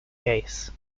case